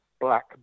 black